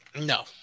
No